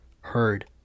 heard